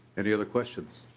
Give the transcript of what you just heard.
any other questions?